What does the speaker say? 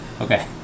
Okay